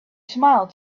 smiled